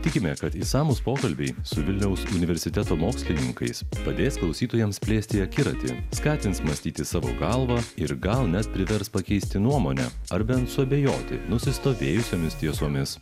tikime kad išsamūs pokalbiai su vilniaus universiteto mokslininkais padės klausytojams plėsti akiratį skatins mąstyti savo galva ir gal net privers pakeisti nuomonę ar bent suabejoti nusistovėjusiomis tiesomis